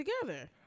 together